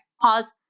pause